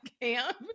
camp